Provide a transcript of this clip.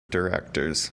directors